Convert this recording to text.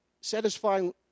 satisfying